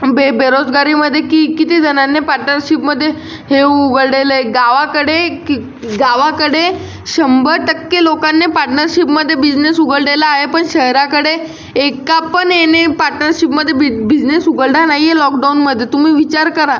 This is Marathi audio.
बे बेरोजगरामध्ये की किती जणांनी पार्टनरशिपमध्ये हे उघडलेले गावाकडे की गावाकडे शंभर टक्के लोकांनी पार्टनरशिपमध्ये बिझनेस उघडलेला आहे पण शहराकडे एका पण याने पार्टनरशिपमध्ये बिग बिझनेस उघडला नाही आहे लॉकडाऊनमध्ये तुम्ही विचार करा